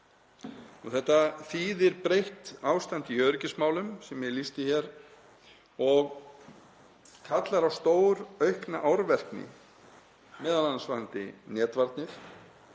Þetta þýðir breytt ástand í öryggismálum sem ég lýsti hér og kallar á stóraukna árvekni, m.a. varðandi netvarnir,